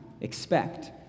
expect